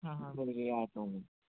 हाँ हाँ मिल गई आता हूँ मैं